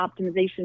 optimization